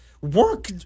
work